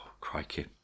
crikey